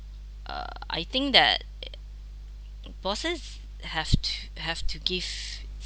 uh I think that bosses have to have to give